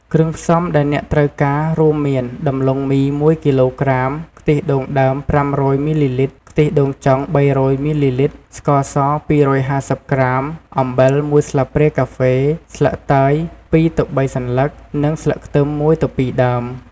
គ្រឿងផ្សំដែលអ្នកត្រូវការ រួមមានដំឡូងមី ១ គីឡូក្រាម ខ្ទិះដូងដើម ៥០០ មីលីលីត្រ ខ្ទិះដូងចុង ៣០០ មីលីលីត្រ ស្ករស ២៥០ ក្រាម អំបិល ១ ស្លាបព្រាកាហ្វេ ស្លឹកតើយ ២ទៅ៣ សន្លឹក និងស្លឹកខ្ទឹម ១ទៅ២ ដើម។